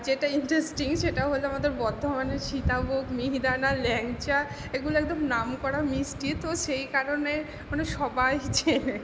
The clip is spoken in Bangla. যেটা ইন্টারেস্টিং সেটা হলো আমাদের বর্ধমানের সীতাভোগ মিহিদানা ল্যাংচা এগুলো একদম নামকরা মিষ্টি তো সেই কারণে মানে সবাই চেনে